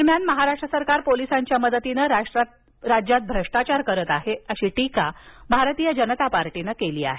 दरम्यान महाराष्ट्र सरकार पोलिसांच्या मदतीनं राज्यात भ्रष्टाचार करत आहे अशी टीका भारतीय जनता पार्टीनं केली आहे